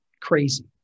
crazy